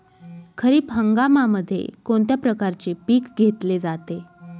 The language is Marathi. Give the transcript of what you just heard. खरीप हंगामामध्ये कोणत्या प्रकारचे पीक घेतले जाते?